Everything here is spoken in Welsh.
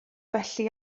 felly